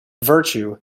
virtue